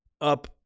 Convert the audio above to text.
up